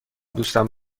دوستم